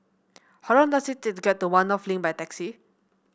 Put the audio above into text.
how long does it take to get to One North Link by taxi